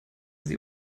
sie